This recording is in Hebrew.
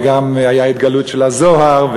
וגם הייתה התגלות של הזוהר,